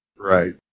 Right